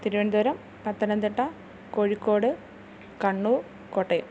Thiruvananthapuram Pathanamthitta Kozhikode Kannur Kottayam